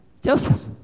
Joseph